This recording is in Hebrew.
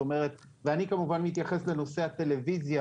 ואני כמובן מתייחס לנושא הטלוויזיה